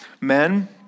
Men